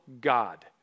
God